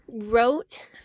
wrote